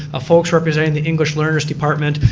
ah folks representing the english learners department,